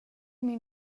min